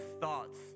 thoughts